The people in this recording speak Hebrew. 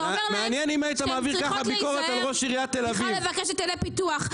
אתה אומר להן שהן צריכות להיזהר לבקש היטלי פיתוח.